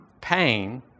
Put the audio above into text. pain